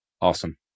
Awesome